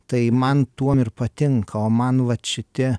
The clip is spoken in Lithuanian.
tai man tuom ir patinka o man vat šitie